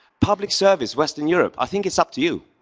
public service, western europe i think it's up to you.